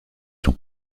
son